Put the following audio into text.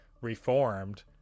reformed